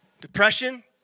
Depression